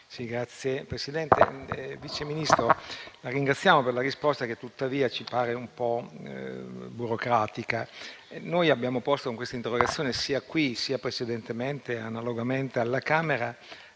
VERINI *(PD-IDP)*. Vice Ministro, la ringraziamo per la risposta, che tuttavia ci pare un po' burocratica. Noi abbiamo posto con questa interrogazione, sia qui, sia precedentemente e analogamente alla Camera,